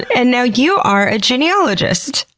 and now, you are a genealogist?